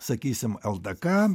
sakysim ldk